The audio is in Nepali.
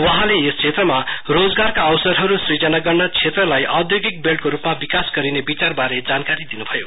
वहाँले यस क्षेत्रमा रोजगारका अवसरहरु सुजना गर्न क्षेत्रलाई औधोगिक बेल्टको रुपमा विकास गरिने विचार बारे जानकारी दिन्भयो